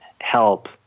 help